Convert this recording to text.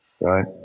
right